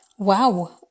Wow